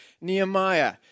Nehemiah